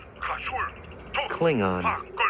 Klingon